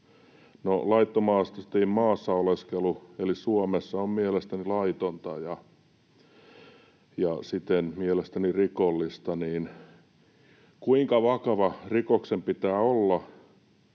laittomasti maassa — eli Suomessa — oleskelu on mielestäni laitonta ja siten mielestäni rikollista, niin kuinka vakava rikoksen pitää olla,